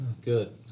good